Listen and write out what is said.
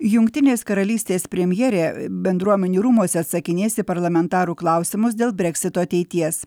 jungtinės karalystės premjerė bendruomenių rūmuose atsakinės į parlamentarų klausimus dėl breksito ateities